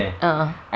ah ah